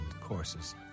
courses